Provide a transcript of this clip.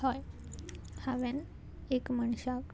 हय हांवें एक मनशाक